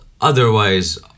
otherwise